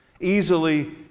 easily